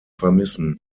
vermissen